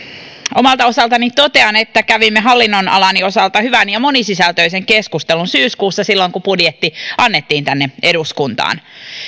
omalta osaltani totean että kävimme hallinnonalani osalta hyvän ja monisisältöisen keskustelun syyskuussa silloin kun budjetti annettiin tänne eduskuntaan